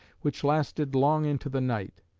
which lasted long into the night.